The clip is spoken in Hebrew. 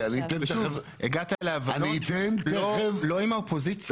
הגעת להבנות, לא עם האופוזיציה.